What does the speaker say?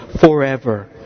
forever